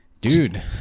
dude